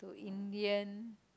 Indian